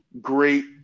great